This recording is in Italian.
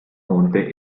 monte